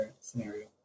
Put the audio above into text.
scenario